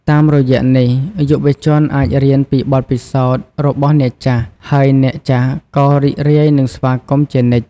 តាមរយៈនេះ យុវជនអាចរៀនពីបទពិសោធន៍របស់អ្នកចាស់ ហើយអ្នកចាស់ក៏រីករាយនឹងស្វាគមន៍ជានិច្ច។